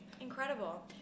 Incredible